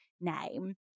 name